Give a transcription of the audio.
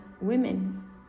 women